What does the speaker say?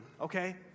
okay